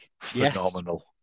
phenomenal